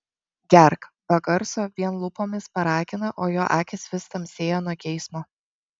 gerk be garso vien lūpomis paragina o jo akys vis tamsėja nuo geismo